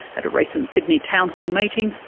at a recent sydney town hall meeting,